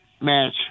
match